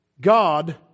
God